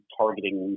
targeting